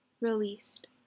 released